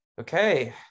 Okay